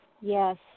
Yes